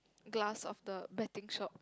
glass of the betting shop